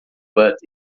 but